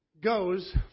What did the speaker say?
goes